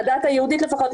בדת היהודית לפחות,